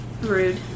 Rude